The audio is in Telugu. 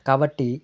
కాబట్టి